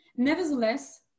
Nevertheless